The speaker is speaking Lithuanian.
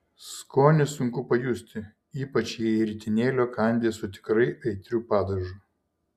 skonį sunku pajusti ypač jei ritinėlio kandi su tikrai aitriu padažu